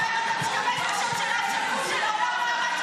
מי אתה --- אתה משתמש בשם של אח שכול --- תתבייש,